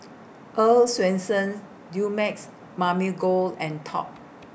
Earl's Swensens Dumex Mamil Gold and Top